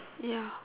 ya